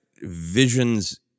Visions